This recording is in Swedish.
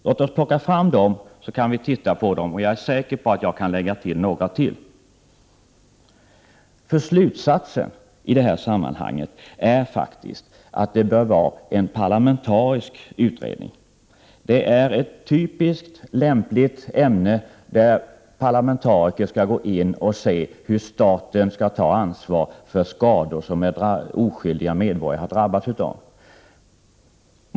Om hon plockar fram dem kan vi titta på dem — jag är säker på att jag kan lägga till ytterligare några. Slutsatsen i detta sammanhang är att det bör tillsättas en parlamentarisk utredning. Det här är ett typiskt lämpligt ämne där parlamentariker går in och ser hur staten skall ta ansvar för skador som oskyldiga medborgare har drabbats av.